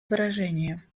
выражение